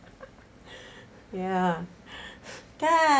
ya kan